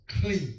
clean